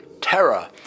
terror